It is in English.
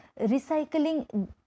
recycling